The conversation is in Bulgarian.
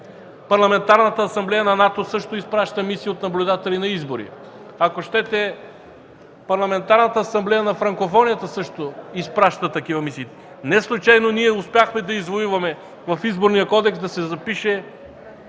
Парламентарната асамблея на НАТО също изпраща мисии от наблюдатели на избори. Ако щете, Парламентарната асамблея на франкофонията също изпращат такива мисии. Неслучайно ние успяхме да извоюваме в Изборния кодекс да се запише